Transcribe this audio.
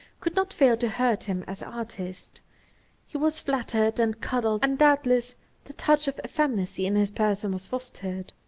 could not fail to hurt him as artist he was flattered and coddled and doubtless the touch of effeminacy in his person was fostered.